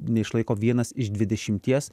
neišlaiko vienas iš dvidešimties